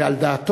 וגם על דעתו,